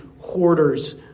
hoarders